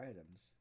items